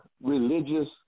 religious